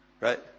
Right